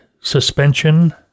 suspension